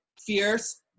fierce